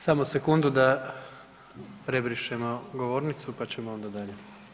Samo sekundu da prebrišemo govornicu pa ćemo onda dalje.